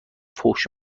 فحش